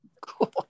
Cool